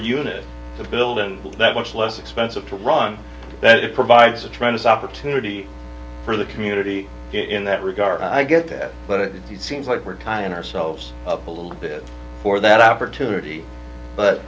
unit to build and that much less expensive to run that it provides a tremendous opportunity for the community in that regard i get that but it seems like we're tying ourselves up a little bit for that opportunity but